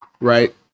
right